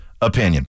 opinion